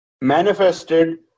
manifested